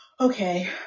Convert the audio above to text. okay